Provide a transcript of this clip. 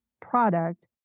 product